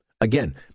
Again